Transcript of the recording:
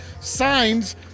signs